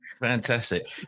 Fantastic